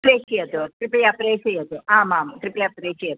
प्रेषयतु कृपया प्रेषयतु आमामां कृपया प्रेषयतु